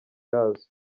yazo